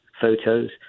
photos